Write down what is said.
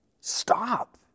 stop